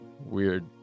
Weird